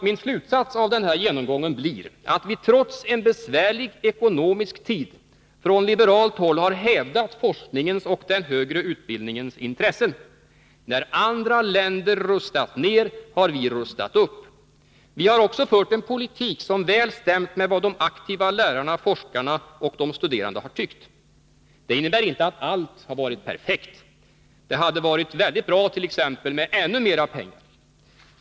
Min slutsats av den här genomgången blir, att vi trots en besvärlig ekonomisk tid från liberalt håll har hävdat forskningens och den högre utbildningens intressen. När andra länder rustat ner har vi rustat upp. Vi har också fört en politik som väl stämt med vad de aktiva lärarna, forskarna och de studerande har tyckt. Det innebär inte att allt har varit perfekt. Det hade varit bra med t.ex. ännu mer pengar.